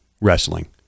wrestling